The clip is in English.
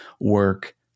work